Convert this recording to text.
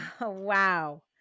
Wow